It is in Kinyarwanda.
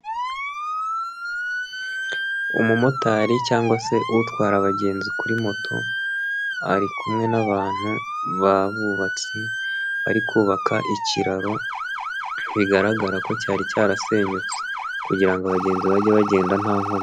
Umumotari cyangwa se utwara abagenzi kuri moto ari kumwe n'abantu babubatsi bari kubaka ikiraro bigaragara ko cyari cyarasenyutse kugira ngo abagenzi bage bagenda nta nkomyi.